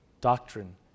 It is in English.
doctrine